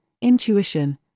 intuition